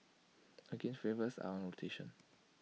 again flavours are on rotation